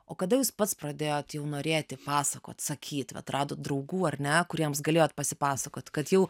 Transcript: o kada jūs pats pradėjot jau norėti pasakot sakyt vat radot draugų ar ne kuriems galėjot pasipasakot kad jau